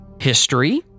history